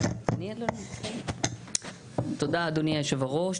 תודה רבה אדוני היושב ראש.